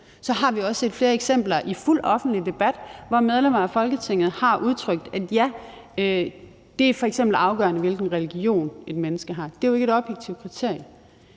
Vi har også set flere eksempler i fuldt offentlige debatter, hvor medlemmer af Folketinget har udtrykt, at ja, det er f.eks. afgørende, hvilken religion et menneske har. Det er jo ikke et objektivt kriterium.